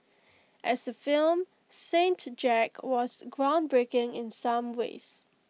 as A film saint Jack was groundbreaking in some ways